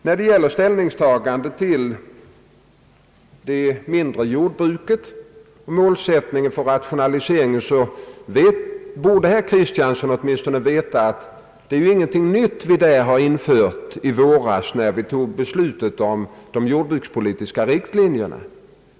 När det gäller ställningstagandet till det mindre jordbruket och målsättningen för rationaliseringen borde herr Kristiansson åtminstone veta att det inte var någonting nytt vi införde i våras när vi fattade beslut om de jordbrukspolitiska rikslinjerna.